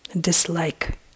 dislike